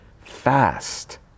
fast